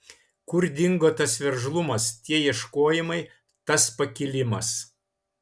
kur dingo tas veržlumas tie ieškojimai tas pakilimas